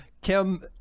Kim